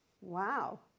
Wow